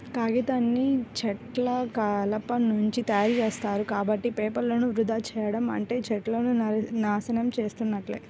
కాగితాన్ని చెట్ల కలపనుంచి తయ్యారుజేత్తారు, కాబట్టి పేపర్లను వృధా చెయ్యడం అంటే చెట్లను నాశనం చేసున్నట్లే